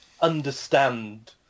understand